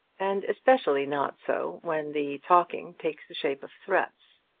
and especially not so when the talking takes the shape of threats.